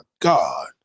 God